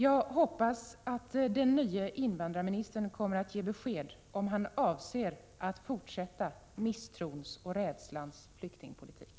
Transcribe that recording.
Jag hoppas att den nye invandrarministern kommer att ge besked om ifall han avser att fortsätta misstrons och rädslans flyktingpolitik.